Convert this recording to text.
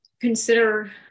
consider